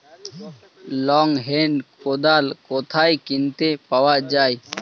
Long hand কোদাল কোথায় কিনতে পাওয়া যায়?